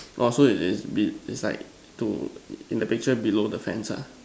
orh so it is it's like to in the picture below the fence ah